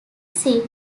seat